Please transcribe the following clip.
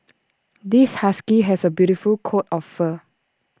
this husky has A beautiful coat of fur